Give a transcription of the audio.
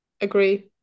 Agree